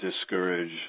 discourage